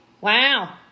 Wow